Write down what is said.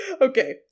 Okay